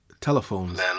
telephones